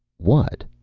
what?